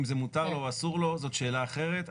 אם מותר לו או אסור לו, זאת שאלה אחרת.